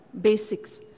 basics